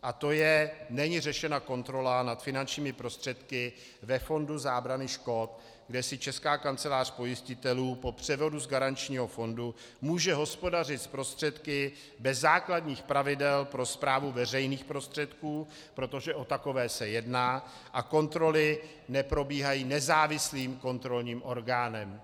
A to je, není řešena kontrola nad finančními prostředky ve fondy zábrany škod, kde si Česká kancelář pojistitelů po převodu z garančního fondu může hospodařit s prostředky bez základních pravidel pro správu veřejných prostředků, protože o takové se jedná, a kontroly neprobíhají nezávislým kontrolním orgánem.